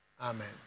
Amen